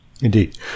Indeed